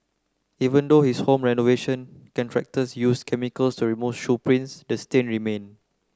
even though his home renovation contractors used chemicals to remove shoe prints the stain remained